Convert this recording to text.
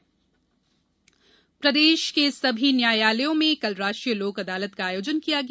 लोक अदालत प्रदेश के सभी न्यायालयों में कल राष्ट्रीय लोक अदालत का आयोजन किया गया